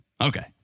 Okay